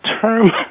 term –